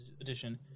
edition